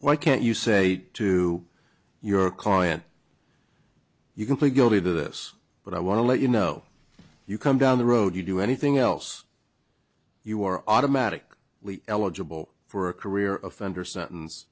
why can't you say to your client you can plead guilty to this but i want to let you know you come down the road you do anything else you are automatic leave eligible for a career offender sentence